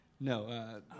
No